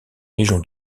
légion